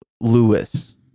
Lewis